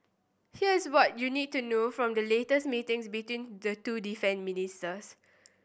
here's what you need to know from the latest meetings between the two defence ministers